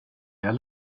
jag